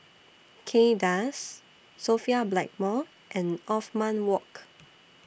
Kay Das Sophia Blackmore and Othman Wok